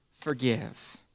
forgive